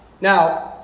Now